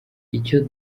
icyo